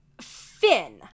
Finn